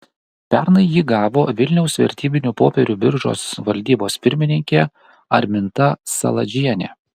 pernai jį gavo vilniaus vertybinių popierių biržos valdybos pirmininkė arminta saladžienė